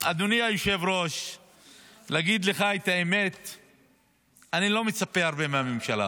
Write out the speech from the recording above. כי שר מגיע לריאיון טלוויזיוני ולא מצליח להגיד כמה נרצחים.